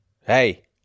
Hey